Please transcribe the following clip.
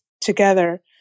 together